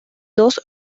dos